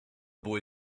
boy